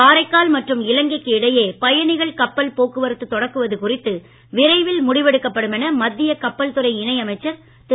காரைக்கால் மற்றும் இலங்கைக்கு இடையே பயணிகள் கப்பல் போக்குவரத்து தொடக்குவது குறித்து விரைவில் முடிவெடுக்கப்படும் என மத்திய கப்பல் துறை இணையமைச்சர் திரு